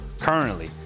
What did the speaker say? currently